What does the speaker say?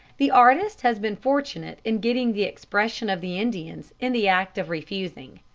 the artist has been fortunate in getting the expression of the indians in the act of refusing.